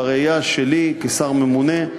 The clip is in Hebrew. בראייה שלי כשר ממונה,